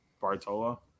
Bartolo